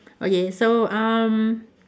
okay so um